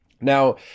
Now